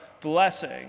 blessing